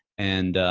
and,